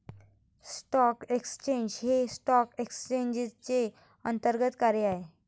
stock exchange हे stock एक्सचेंजचे अंतर्गत कार्य आहे